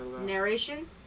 Narration